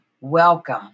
welcome